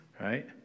right